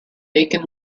deacon